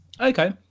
okay